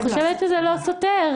אני חושבת שזה לא סותר.